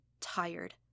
tired